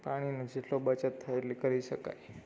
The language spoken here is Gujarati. પાણીનો જેટલો બચત થાય એટલી કરી શકાય